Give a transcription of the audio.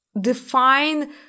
define